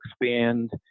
expand